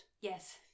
Yes